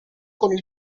con